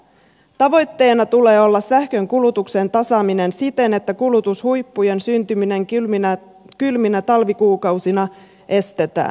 tavoitteena tulee olla sähkönkulutuksen tasaaminen siten että kulutushuippujen syntyminen kylminä talvikuukausina estetään